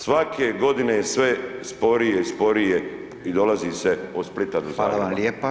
Svake godine je sve sporije i sporije i dolazi se od Splita do Zagreba.